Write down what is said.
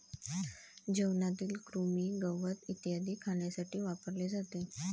जेवणातील कृमी, गवत इत्यादी खाण्यासाठी वापरले जाते